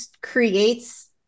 creates